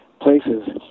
places